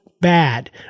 bad